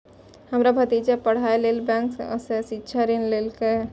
हमर भतीजा पढ़ाइ लेल बैंक सं शिक्षा ऋण लेलकैए